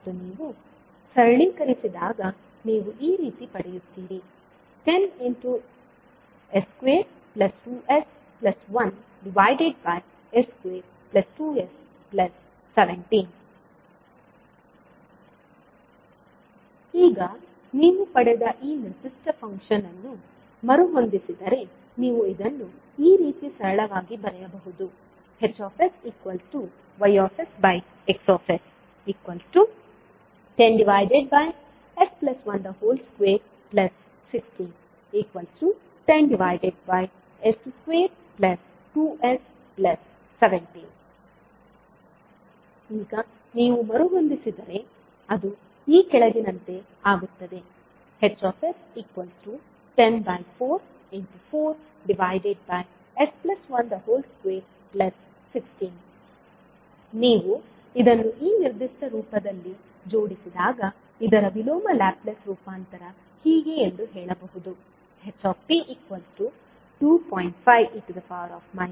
ಮತ್ತು ನೀವು ಸರಳೀಕರಿಸಿದಾಗ ನೀವು ಈ ರೀತಿ ಪಡೆಯುತ್ತೀರಿ 10s22s1s22s17 ಈಗ ನೀವು ಪಡೆದ ಈ ನಿರ್ದಿಷ್ಟ ಫಂಕ್ಷನ್ ಅನ್ನು ಮರುಹೊಂದಿಸಿದರೆ ನೀವು ಇದನ್ನು ಈ ರೀತಿ ಸರಳವಾಗಿ ಬರೆಯಬಹುದು HsYX10s121610s22s17 ಈಗ ನೀವು ಮರುಹೊಂದಿಸಿದರೆ ಅದು ಈ ಕೆಳಗಿನಂತೆ ಆಗುತ್ತದೆ Hs104 4s1216 ನೀವು ಇದನ್ನು ಈ ನಿರ್ದಿಷ್ಟ ರೂಪದಲ್ಲಿ ಜೋಡಿಸಿದಾಗ ಇದರ ವಿಲೋಮ ಲ್ಯಾಪ್ಲೇಸ್ ರೂಪಾಂತರ ಹೀಗೆ ಎಂದು ಹೇಳಬಹುದು h 2